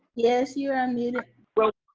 yes you are. i mean well,